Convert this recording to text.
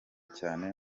cyane